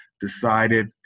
decided